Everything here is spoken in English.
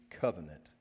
covenant